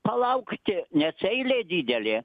palaukti nes eilė didelė